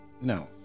No